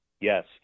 Yes